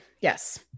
yes